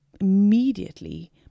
immediately